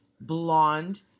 blonde